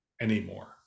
anymore